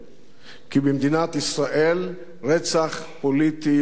כי במדינת ישראל רצח פוליטי לא ייתכן.